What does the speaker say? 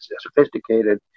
sophisticated